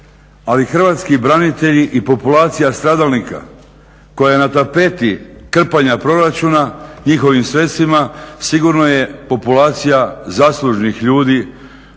ali hrvatski branitelji i populacija stradalnika koja je na tapeti krpanja proračuna njihovim sredstvima sigurno je populacija zaslužnih ljudi